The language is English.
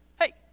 hey